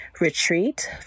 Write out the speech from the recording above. retreat